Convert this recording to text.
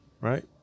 right